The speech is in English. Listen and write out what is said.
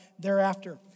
thereafter